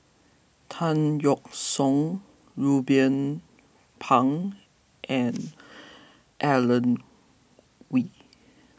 Tan Yeok Seong Ruben Pang and Alan Oei